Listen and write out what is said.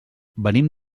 venim